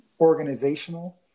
organizational